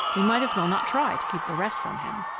we might as well not try to keep the rest from him.